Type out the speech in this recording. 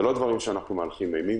זה לא שאנחנו מהלכים אימים,